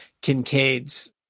Kincaid's